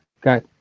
got